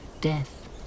death